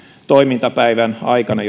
toimintapäivän aikana